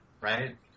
right